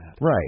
Right